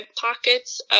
pockets